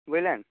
বুঝলেন